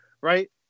right